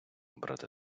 брати